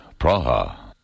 Praha